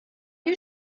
you